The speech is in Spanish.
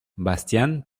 bastián